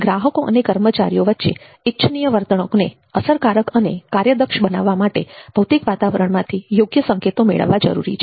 ગ્રાહકો અને કર્મચારીઓ વચ્ચે ઇચ્છનીય વર્તણૂકને અસરકારક તથા કાર્યદક્ષ બનાવવા માટે ભૌતિક વાતાવરણમાંથી યોગ્ય સંકેતો મેળવવા જરૂરી છે